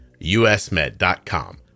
usmed.com